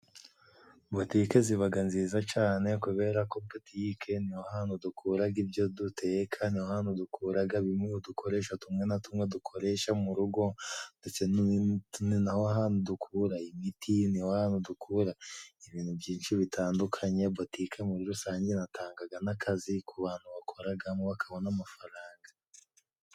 Botike zibaga nziza cane kubera ko botike niho hantu dukuraga ibyo duteka, ni ho hantu dukuraga bimwe mu dukoresho tumwe na tumwe dukoresha mu rugo, ndetse ni ni na ho hantu dukura imiti. Ni ho hantu dukura ibintu byinshi bitandukanye. Botike muri rusange inatangaga n'akazi, ku bantu bakoragamo bakabona amafaranga.